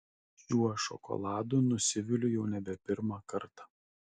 šiuo šokoladu nusiviliu jau nebe pirmą kartą